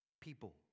people